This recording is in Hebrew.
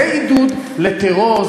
זה עידוד לטרור,